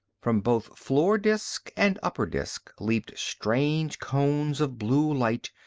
from both floor disk and upper disk leaped strange cones of blue light,